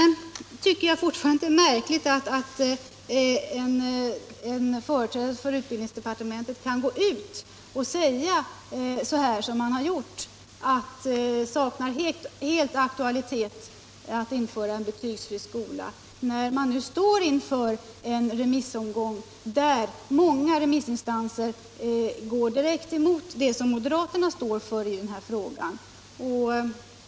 Vidare tycker jag fortfarande att det är märkligt att en företrädare för utbildningsdepartementet på detta sätt kan uttala att en betygsfri skola helt saknar aktualitet, samtidigt som vi nu står inför en remissomgång, där många instanser går direkt emot det som moderaterna står för i denna fråga.